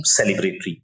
celebratory